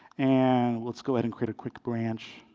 and let's go ahead and create a quick branch.